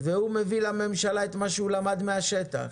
והוא מביא לממשלה מה שהוא למד מהשטח.